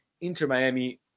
Inter-Miami